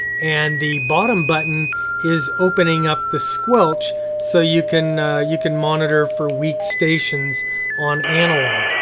and the bottom button is opening up the squelch so you can you can monitor for weak stations on analog.